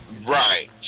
Right